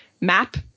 map